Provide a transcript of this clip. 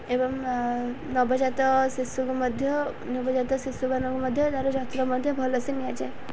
ଏବଂ ନବଜାତ ଶିଶୁକୁ ମଧ୍ୟ ନବଜାତ ଶିଶୁମାନଙ୍କୁ ମଧ୍ୟ ତାର ଯତ୍ନ ମଧ୍ୟ ଭଲସେ ନିଆଯାଏ